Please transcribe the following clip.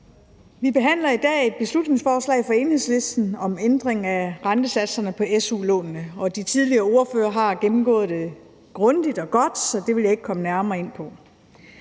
Vi behandler i dag et beslutningsforslag fra Enhedslisten om ændring af rentesatserne på su-lånene. De forrige ordførere har gennemgået det grundigt og godt, så det vil jeg ikke også gøre. Su er